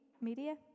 media